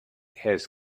has